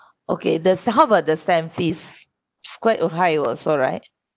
okay the how about the stamp fees it's quite uh high also right